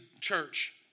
church